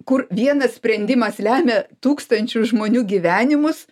kur vienas sprendimas lemia tūkstančių žmonių gyvenimus